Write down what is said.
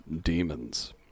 demons